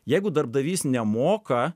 jeigu darbdavys nemoka